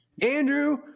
Andrew